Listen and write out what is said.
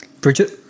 Bridget